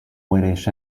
whitish